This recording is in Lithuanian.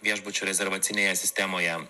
viešbučių rezervacinėje sistemoje